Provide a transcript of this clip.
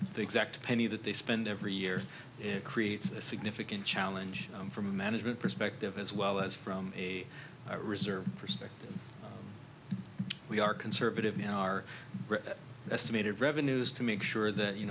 exact penny that they spend every year it creates a significant challenge from a management perspective as well as from a reserve perspective we are conservative now our estimated revenues to make sure that you